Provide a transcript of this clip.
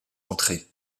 entrée